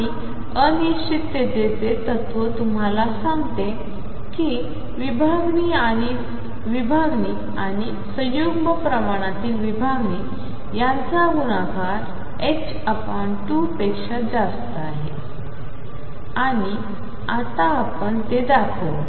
आणि अनिश्चिततेचे तत्त्व तुम्हाला सांगते कीविभागणी आणि संयुग्म प्रमाणातील विभागणी यांचा गुणाकार 2 पेक्षा जास्त आहे आणि आता आपण ते दाखवू